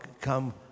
come